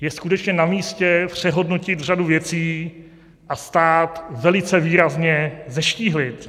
Je skutečně namístě přehodnotit řadu věcí a stát velice výrazně zeštíhlit.